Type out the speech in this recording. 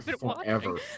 Forever